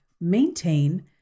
maintain